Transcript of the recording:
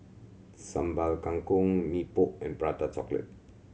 Sambal Kangkong Mee Pok and Prata Chocolate